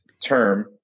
term